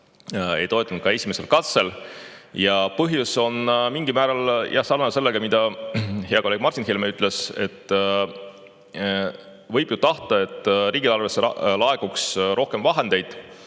Ei toetanud ka esimesel katsel. Ja põhjus on mingil määral sama, mida hea kolleeg Martin Helme ütles. Võib ju tahta, et riigieelarvesse laekuks rohkem vahendeid,